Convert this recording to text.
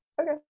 Okay